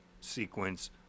sequence